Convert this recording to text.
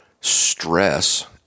stress